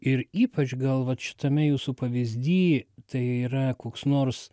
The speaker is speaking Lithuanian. ir ypač gal vat šitame jūsų pavyzdy tai yra koks nors